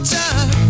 time